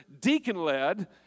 deacon-led